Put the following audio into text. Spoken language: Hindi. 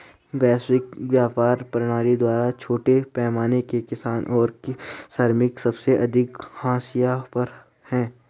वैश्विक व्यापार प्रणाली द्वारा छोटे पैमाने के किसान और श्रमिक सबसे अधिक हाशिए पर हैं